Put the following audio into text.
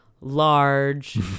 large